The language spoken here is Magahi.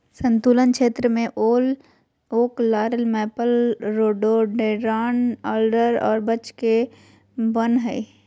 सन्तुलित क्षेत्र में oak, laurel, maple, rhododendron, alder और बर्च के वन हइ